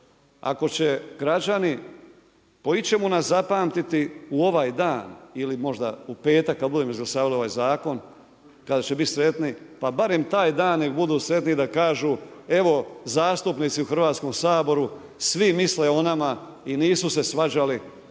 Ako će građani po ičemu nas zapamtiti u ovaj dan ili u petak kad budemo izglasavali ovaj zakon, kada će biti sretni, pa barem taj dan, nek budu sretni da kažu, evo zastupnici u Hrvatskom saboru, svi misle o nama i nisu se svađali,